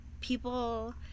people